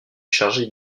chargé